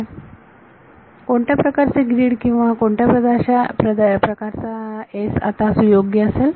तर कोणत्या प्रकारचे ग्रीड किंवा कोणत्या प्रकारचा प्रदेश S आता सुयोग्य असेल